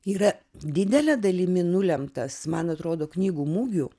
yra didele dalimi nulemtas man atrodo knygų mugių